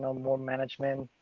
more management.